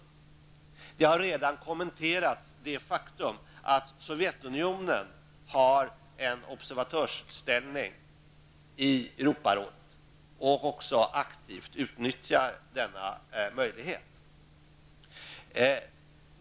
Här har redan kommenterats det faktum att Sovjetunionen har en observatörställning i Europarådet och också aktivt utnyttjar denna möjlighet.